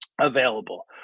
available